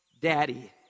daddy